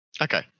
Okay